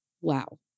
Wow